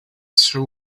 two